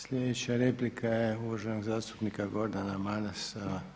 Sljedeća replika je uvaženog zastupnika Gordana Marasa.